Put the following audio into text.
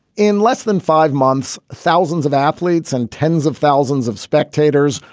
in less than five months, thousands of athletes and tens of thousands of spectators,